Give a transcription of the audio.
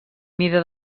mida